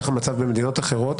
כך המצב במדינות אחרות.